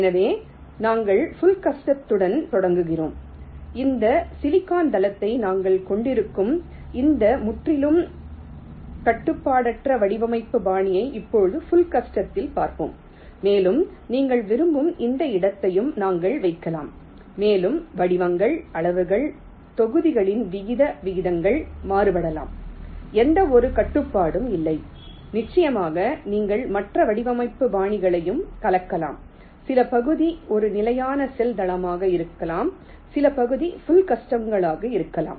எனவே நாங்கள் புள் கஸ்டத்துடன் தொடங்குகிறோம் இந்த சிலிக்கான் தளத்தை நாங்கள் கொண்டிருக்கும் இந்த முற்றிலும் கட்டுப்பாடற்ற வடிவமைப்பு பாணியை இப்போது புள் கஸ்டத்தில் பார்த்தோம் மேலும் நீங்கள் விரும்பும் எந்த இடத்தையும் நாங்கள் வைக்கலாம் மேலும் வடிவங்கள் அளவுகள் தொகுதிகளின் விகித விகிதங்கள் மாறுபடலாம் எந்தவொரு கட்டுப்பாடும் இல்லை நிச்சயமாக நீங்கள் மற்ற வடிவமைப்பு பாணிகளையும் கலக்கலாம் சில பகுதி ஒரு நிலையான செல் தளமாக இருக்கலாம் சில பகுதி புள் கஸ்டங்களாக இருக்கலாம்